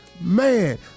Man